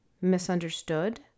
misunderstood